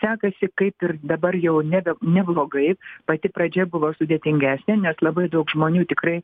sekasi kaip ir dabar jau nebe neblogai pati pradžia buvo sudėtingesnė nes labai daug žmonių tikrai